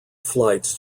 flights